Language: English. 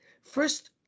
First